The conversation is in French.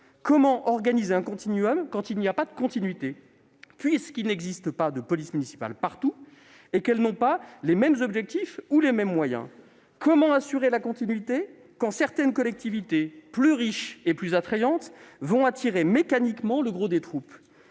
Comment organiser un continuum, quand il n'y a pas de continuité, puisqu'il n'existe pas de police municipale partout et que cette police n'a pas, partout, les mêmes objectifs ni les mêmes moyens ? Comment assurer la continuité, quand certaines collectivités, plus riches et plus attrayantes, attireront mécaniquement le gros des groupes ?